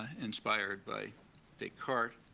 ah inspired by descartes.